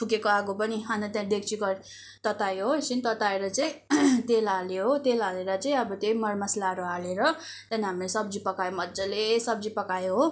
फुकेको आगो पनि अन्त त्यहाँ डेक्ची कराही तत्तायो हो एकछिन तत्ताएर चाहिँ तेल हाल्यो हो तेल हालेर चाहिँ अब त्यही मर मसलाहरू हालेर त्यहाँदेखि हामीले सब्जी पकायो मजाले सब्जी पकायो हो